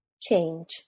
change